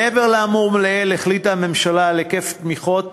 מעבר לאמור לעיל החליטה הממשלה על היקף תמיכות